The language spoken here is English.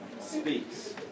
speaks